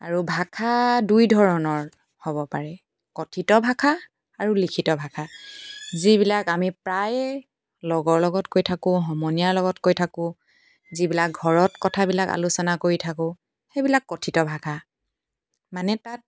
আৰু ভাষা দুই ধৰণৰ হ'ব পাৰে কঠিত ভাষা আৰু লিখিত ভাষা যিবিলাক আমি প্ৰায়ে লগৰ লগত কৈ থাকোঁ সমনীয়াৰ লগত কৈ থাকোঁ যিবিলাক ঘৰত কথাবিলাক আলোচনা কৰি থাকোঁ সেইবিলাক কঠিত ভাষা মানে তাত